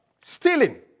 Stealing